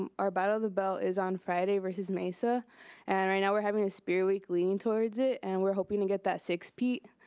um our battle of the bell is on friday versus mesa and right now we're having a spirit week leaning towards it, and we're hoping to get that six piece,